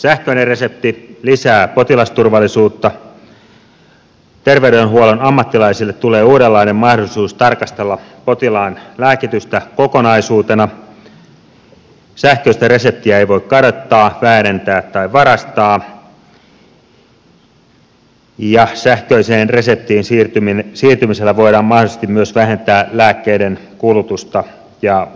sähköinen resepti lisää potilasturvallisuutta terveydenhuollon ammattilaisille tulee uudenlainen mahdollisuus tarkastella potilaan lääkitystä kokonaisuutena sähköistä reseptiä ei voi kadottaa väärentää tai varastaa ja sähköiseen reseptiin siirtymisellä voidaan mahdollisesti myös vähentää lääkkeiden kulutusta ja liikakäyttöä